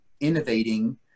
innovating